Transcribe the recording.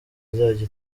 izajya